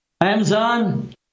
Amazon